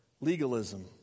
legalism